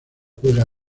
juega